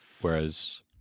whereas